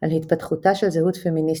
על התפתחותה של זהות פמיניסטית",